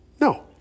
No